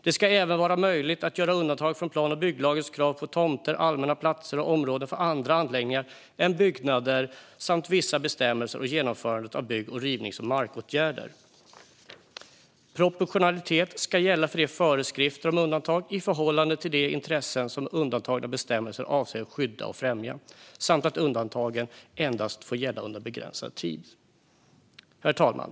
Det ska även vara möjligt att göra undantag från plan och bygglagens krav på tomter, allmänna platser och områden för andra anläggningar än byggnader samt vissa bestämmelser om genomförandet av bygg, rivnings och markåtgärder. Proportionalitet ska gälla för föreskrifterna om undantag i förhållande till de intressen som de undantagna bestämmelserna avser att skydda och främja. Undantagen får endast gälla under en begränsad tid. Herr talman!